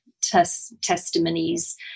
testimonies